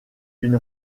une